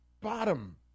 bottom